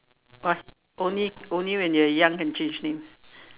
must only only when you are young can change name